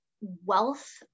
wealth